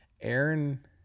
aaron